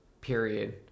period